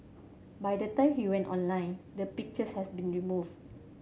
by the time he went online the pictures has been removed